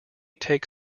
take